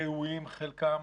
רעועים חלקם,